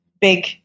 big